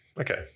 okay